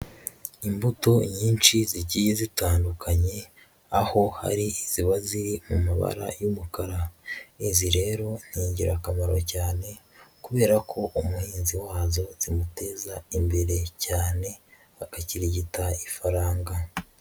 Imbuto nyinshi zigiye zitandukanye, aho hari iziba ziri mu mabara y'umukara, izi rero ni ingirakamaro cyane, kubera ko umuhinzi wazo zimuteza imbere cyane, agakirigita ifaranga.